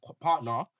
partner